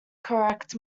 correct